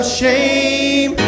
shame